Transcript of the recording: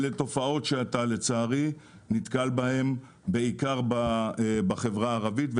אלה תופעות שאתה לצערי נתקל בהם בעיקר בחברה הערבית,